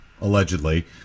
allegedly